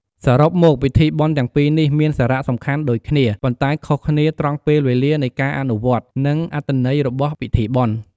សរុបមក ពិធីបុណ្យទាំងពីរនេះមានសារៈសំខាន់ដូចគ្នា ប៉ុន្តែខុសគ្នាត្រង់ពេលវេលានៃការអនុវត្ត និងអត្ថន័យរបស់ពិធីបុណ្យ។